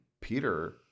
Peter